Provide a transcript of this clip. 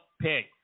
pig